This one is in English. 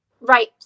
right